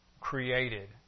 created